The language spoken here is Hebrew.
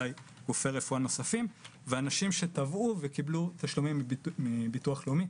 גופי רפואה נוספים ואנשים שתבעו וקיבלו תשלומים מן הביטוח הלאומי,